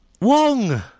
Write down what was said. Wong